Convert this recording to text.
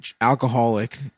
alcoholic